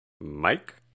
Mike